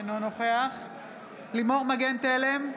אינו נוכח לימור מגן תלם,